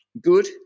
Good